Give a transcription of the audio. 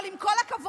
אבל עם כל הכבוד,